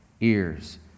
ears